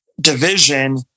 division